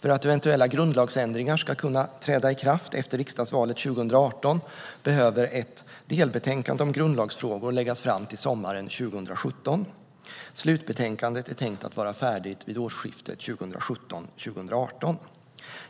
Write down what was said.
För att eventuella grundlagsändringar ska kunna träda i kraft efter riksdagsvalet 2018 behöver ett delbetänkande om grundlagsfrågor läggas fram till sommaren 2017. Slutbetänkandet är tänkt att vara färdigt vid årsskiftet 2017/18.